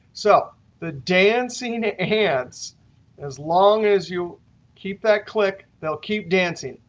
so the dancing ants as long as you keep that click, they'll keep dancing.